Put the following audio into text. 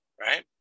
Right